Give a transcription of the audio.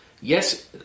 Yes